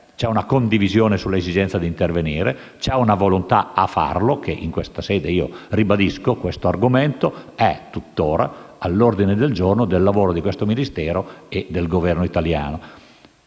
c'è una condivisione sull'esigenza di intervenire. C'è una volontà a farlo, che in questa sede ribadisco. L'argomento è tuttora all'ordine del giorno del lavoro di questo Ministero e del Governo italiano.